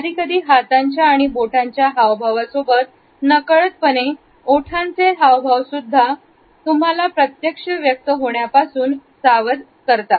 कधीकधी हातांच्या आणि बोटांच्या हाव भावासोबत नकळतपणे ओठांचे हावभाव सुद्धा तुम्हाला प्रत्यक्ष व्यक्त होण्यापासून सावध करतात